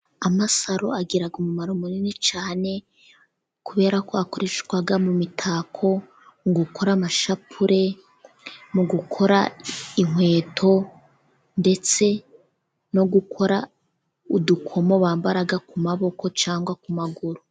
Amasaro agira umumaro munini cyane kuberako akoreshwa mu mitako mu gukora amashapure, mu gukora inkweto, ndetse no gukora udukomo bambara ku maboko cyangwa ku maguru.